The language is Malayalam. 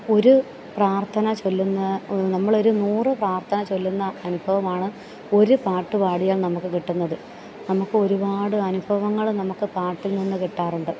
ഒരു പ്രാർത്ഥന ചൊല്ലുന്ന നമ്മളൊരു നൂറ് പ്രാർത്ഥന ചൊല്ലുന്ന അനുഭവമാണ് ഒരു പാട്ട് പാടിയാൽ നമുക്ക് കിട്ടുന്നത് നമുക്ക് ഒരുപാട് അനുഭവങ്ങൾ നമുക്ക് പാട്ടിൽ നിന്ന് കിട്ടാറുണ്ട്